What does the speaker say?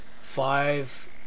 five